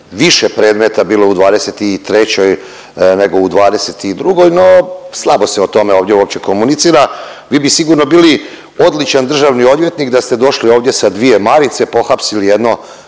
više predmeta bilo u '23. no u '22. no slabo se o tome ovdje uopće komunicira. Vi bi sigurno bili odličan državni odvjetnik da ste došli ovdje sa dvije marice pohapsili jedno